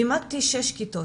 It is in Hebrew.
לימדתי שש כיתות.